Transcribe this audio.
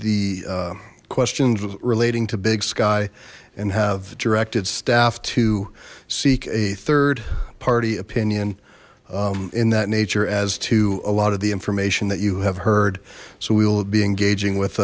the questions relating to big sky and have directed staff to seek a third party opinion in that nature as to a lot of the information that you have heard so we will be engaging with